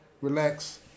relax